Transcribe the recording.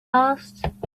asked